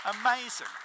Amazing